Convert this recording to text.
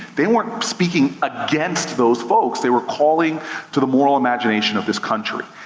they weren't speaking against those folks, they were calling to the moral imagination of this country.